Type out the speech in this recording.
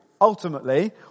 ultimately